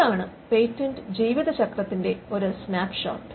ഇതാണ് പേറ്റന്റ് ജീവിത ചക്രത്തിന്റെ ഒരു സ്നാപ്പ്ഷോട്ട്